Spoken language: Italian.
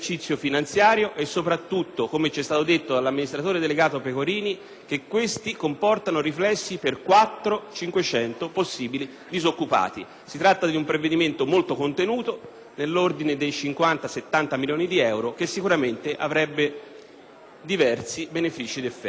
che questo comporti riflessi negativi per 400-500 posti di lavoro. Si tratta di un provvedimento molto contenuto, nell'ordine di 50-70 milioni di euro, che sicuramente avrebbe diversi benefici ed effetti.